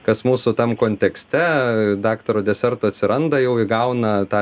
kas mūsų tam kontekste daktaro deserto atsiranda jau įgauna tą